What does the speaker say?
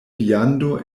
viando